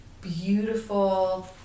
beautiful